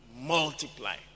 multiply